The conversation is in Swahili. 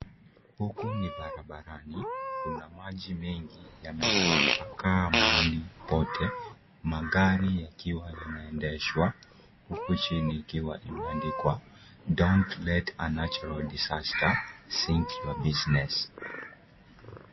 Huku ni barabarani kuna maji mengi yametapakaa mahali pote magari inaendeshwa huku chini imeandikwa don't let a natural disaster sink your business.